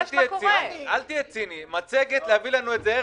שעות --- הדבר היחיד שאנחנו מבקשים פה בוועדה זה פירוט,